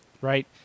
right